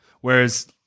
Whereas